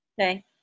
Okay